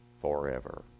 forever